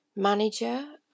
manager